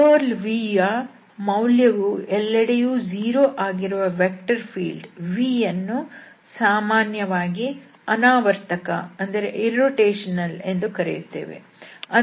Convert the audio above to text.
curl v ಯ ಮೌಲ್ಯವು ಎಲ್ಲೆಡೆಯಲ್ಲೂ 0 ಆಗಿರುವ ವೆಕ್ಟರ್ ಫೀಲ್ಡ್ v ಯನ್ನು ಸಾಮಾನ್ಯವಾಗಿ ಅನಾವರ್ತಕ ಎಂದು ಕರೆಯುತ್ತೇವೆ